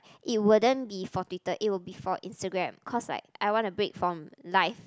it would then be for Twitter it would be for Instagram cause like I want to bet from life